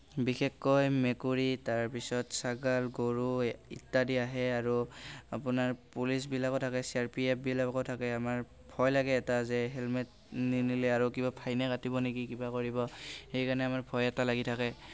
বিশেষকৈ মেকুৰী তাৰপিছত ছাগলী গৰু ইত্যাদি আহে আৰু আপোনাৰ পুলিচবিলাকো থাকে চি আৰ পি এফবিলাকো থাকে আমাৰ ভয় লাগে এটা যে হেলমেট নিনিলে আৰু কিবা ফাইনে কাটিব নেকি কিবা কৰিব সেইকাৰণে আমাৰ ভয় এটা লাগি থাকে